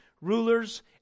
rulers